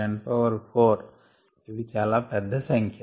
75 x 104 ఇది చాలా పెద్ద సంఖ్య